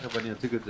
תכף אציג את זה,